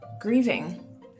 grieving